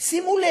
שימו לב,